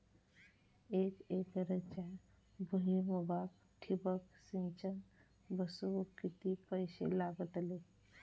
एक एकरच्या भुईमुगाक ठिबक सिंचन बसवूक किती पैशे लागतले?